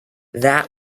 that